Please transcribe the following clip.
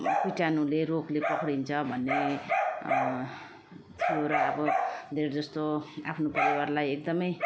किटाणुले रोगले पक्रिन्छ भन्ने थियो र अब धेरै जस्तो आफ्नो परिवारलाई एकदम